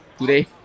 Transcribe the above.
today